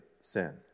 sin